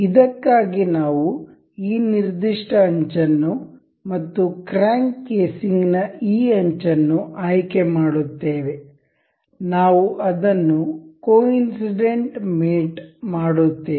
ಇದಕ್ಕಾಗಿ ನಾವು ಈ ನಿರ್ದಿಷ್ಟ ಅಂಚನ್ನು ಮತ್ತು ಕ್ರ್ಯಾಂಕ್ ಕೇಸಿಂಗ್ ನ ಈ ಅಂಚನ್ನು ಆಯ್ಕೆ ಮಾಡುತ್ತೇವೆ ನಾವು ಅದನ್ನು ಕೊಇನ್ಸಿಡೆಂಟ್ ಮೇಟ್ ಮಾಡುತ್ತೇವೆ